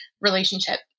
relationship